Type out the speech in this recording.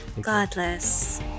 Godless